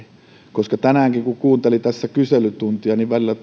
koska tänäänkin kun kuunteli tässä kyselytuntia välillä